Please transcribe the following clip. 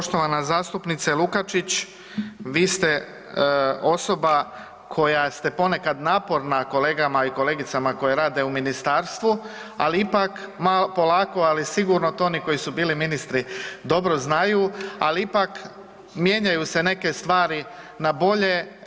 Poštovana zastupnice Lukačić, vi ste osoba koja ste ponekad naporna kolegama i kolegicama koje rade u ministarstvu, ali ipak polako, ali sigurno to oni koji su bili ministri dobro znaju, al ipak mijenjaju se neke stvari na bolje.